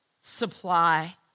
supply